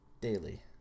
daily